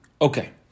Okay